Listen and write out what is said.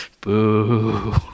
boo